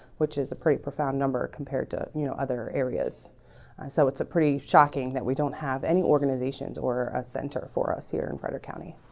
which is a pretty profound number compared to you know other areas so it's a pretty shocking that we don't have any organizations or a center for us here in frederick county